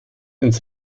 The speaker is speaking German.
ins